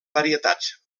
varietats